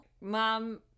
Mom